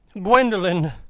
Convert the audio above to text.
gwendolen!